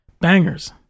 bangers